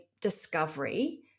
discovery